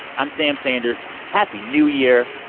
i'm sam sanders. happy new year.